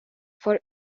for